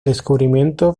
descubrimiento